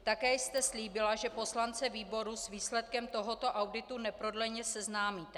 Také jste slíbila, že poslance výboru s výsledkem tohoto auditu neprodleně seznámíte.